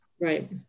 Right